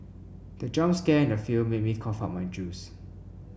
the jump scare in the film made me cough out my juice